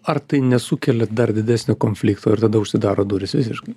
ar tai nesukelia dar didesnio konflikto ir tada užsidaro durys visiškai